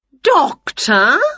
Doctor